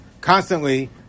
constantly